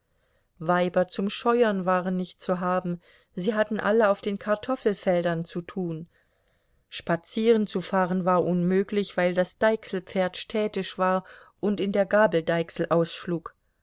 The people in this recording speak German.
weiber zum scheuern waren nicht zu haben sie hatten alle auf den kartoffelfeldern zu tun spazierenzufahren war unmöglich weil das deichselpferd stätisch war und in der gabeldeichsel ausschlug